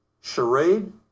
charade